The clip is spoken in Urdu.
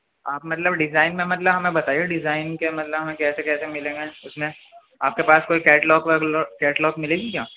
آپ مطلب ڈیزائن میں مطلب ہمیں بتائیے ڈیزائن کے مطلب ہمیں کیسے کیسے ملیں گے اس میں آپ کے پاس کوئی کیٹلگ کیٹلاگ ملے گی کیا